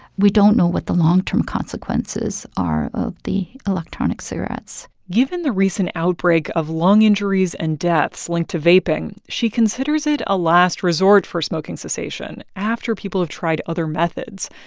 we don't know what the long-term consequences are of the electronic cigarettes given the recent outbreak of lung injuries and deaths linked to vaping, she considers it a last resort for smoking cessation after people have tried other methods.